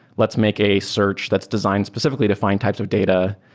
let's make a search that's designed specifically to find types of data,